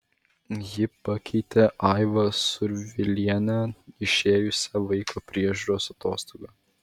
ji pakeitė aivą survilienę išėjusią vaiko priežiūros atostogų